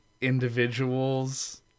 individuals